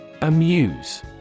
Amuse